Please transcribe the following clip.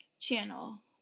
channel